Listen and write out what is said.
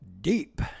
Deep